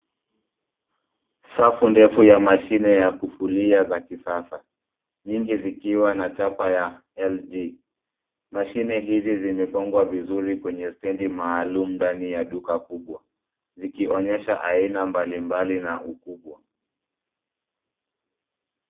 Safu ndefu ya mashine ya kufulia za kisasa nyingi zikiwa na chapa ya LG. Mashine hizi zimepangwa vizuri kwenye stendi maalum ndani ya duka kubwa zikionyesha aina mbalimbali na ukubwa.